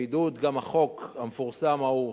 גם בעידוד החוק המפורסם ההוא,